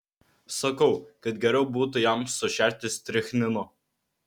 sakau kad geriau būtų jam sušerti strichnino